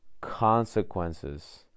consequences